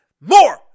More